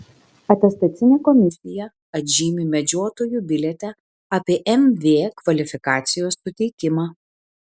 atestacinė komisija atžymi medžiotojų biliete apie mv kvalifikacijos suteikimą